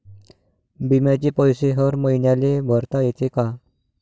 बिम्याचे पैसे हर मईन्याले भरता येते का?